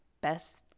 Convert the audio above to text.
best